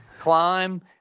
climb